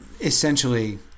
essentially